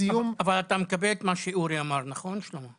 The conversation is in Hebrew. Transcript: על ימים שהם יעבדו 10 או 11 שעות,